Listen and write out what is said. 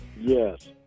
Yes